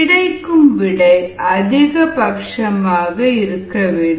கிடைக்கும் விடை அதிக பட்சமாக இருக்கவேண்டும்